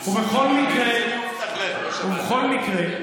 ובכל מקרה,